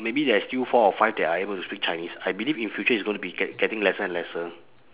maybe there is still four or five that are able to speak chinese I believe in future it's going to be get getting lesser and lesser